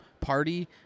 party